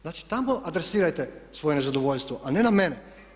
Znači tamo adresirajte svoje nezadovoljstvo, a ne na mene.